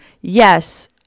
yes